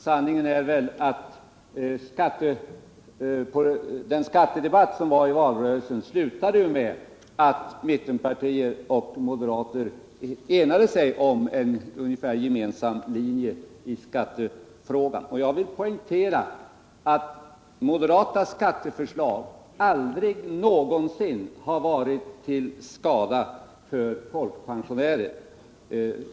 Sanningen är ekonomiska väl att den skattedebatt som fördes i valrörelsen slutade med att grundtrygghet mittenpartierna och moderaterna enade sig om en någorlunda gemensam linje i skattefrågan. Jag vill poängtera att moderaternas skatteförslag aldrig någonsin har varit till skada för folkpensionärer.